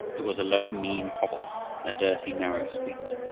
it was a low, mean hovel in a dirty, narrow street,